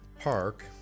park